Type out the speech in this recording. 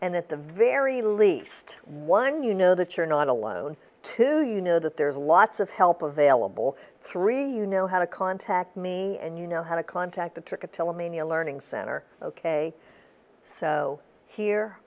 and at the very least one you know that you're not alone to you know that there's lots of help available three you know how to contact me and you know how to contact the trick to tell me a learning center ok so here